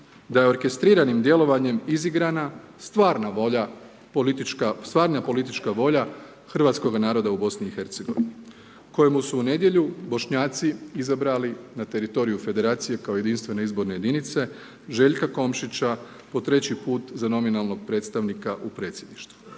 da je orkestriranim djelovanjem izigrana stvarna politička volja hrvatskoga naroda u BiH-u kojemu su u nedjelju Bošnjaci izabrali na teritoriju Federacije kao jedinstvene izborne jedinice, Željka Komšića, po treći put za nominalnog predstavnika u Predsjedništvu.